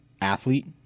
athlete –